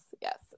Yes